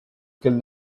kill